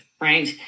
Right